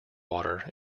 water